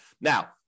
Now